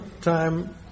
time